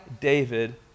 David